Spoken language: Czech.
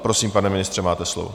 Prosím, pane ministře, máte slovo.